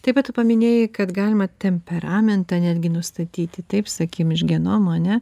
taip pat tu paminėjai kad galima temperamentą netgi nustatyti taip sakykim iš genomo ane